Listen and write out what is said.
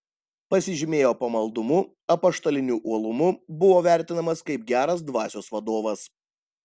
pasižymėjo pamaldumu apaštaliniu uolumu buvo vertinamas kaip geras dvasios vadovas